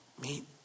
meet